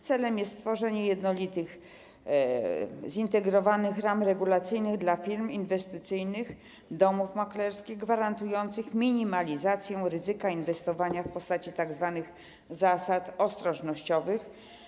Celem jest stworzenie jednolitych, zintegrowanych ram regulacyjnych dla firm inwestycyjnych, domów maklerskich, gwarantujących minimalizację ryzyka inwestowania w postaci tzw. zasad ostrożnościowych.